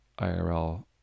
IRL